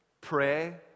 pray